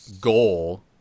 goal